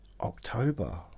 October